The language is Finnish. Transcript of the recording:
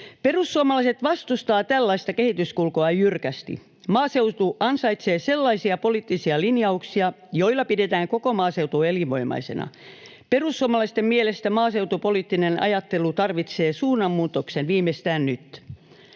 Perussuomalaiset vastustavat tällaista kehityskulkua jyrkästi. Maaseutu ansaitsee sellaisia poliittisia linjauksia, joilla pidetään koko maaseutu elinvoimaisena. Perussuomalaisten mielestä maaseutupoliittinen ajattelu tarvitsee suunnanmuutoksen viimeistään nyt.